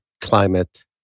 climate